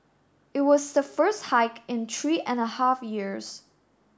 it was the first hike in three and a half years